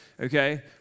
Okay